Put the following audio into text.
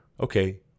Okay